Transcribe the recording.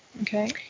Okay